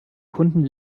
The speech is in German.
kunden